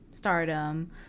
Stardom